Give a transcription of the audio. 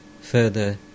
Further